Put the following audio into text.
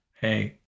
hey